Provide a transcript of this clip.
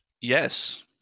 Yes